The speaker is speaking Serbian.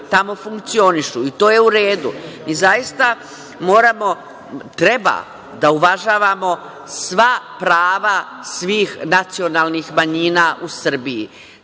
tamo funkcionišu i to je u redu. Zaista treba da uvažavamo sva prava svih nacionalnih manjina u Srbiji,